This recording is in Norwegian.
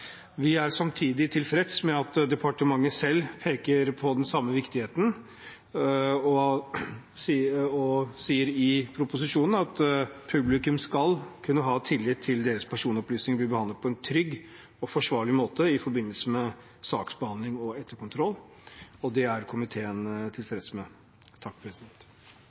Vi er samtidig tilfreds med at departementet selv peker på den samme viktigheten og sier i proposisjonen at publikum skal kunne ha tillit til at deres personopplysninger blir behandlet på en trygg og forsvarlig måte i forbindelse med saksbehandling og etterkontroll, og det er komiteen tilfreds med.